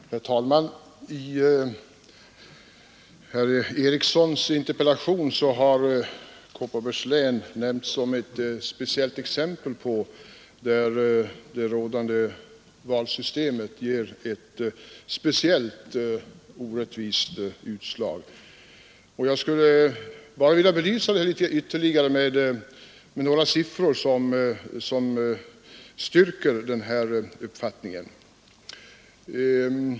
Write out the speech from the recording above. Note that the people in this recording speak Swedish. Herr talman! I herr Erikssons i Arvika interpellation har Kopparbergs län nämnts som ett exempel på län där det rådande valsystemet ger ett speciellt orättvist utslag. Jag skulle bara vilja anföra ytterligare några siffror som styrker den uppfattningen.